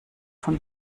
von